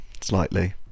slightly